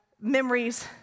memories